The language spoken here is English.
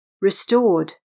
restored